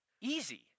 easy